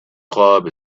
club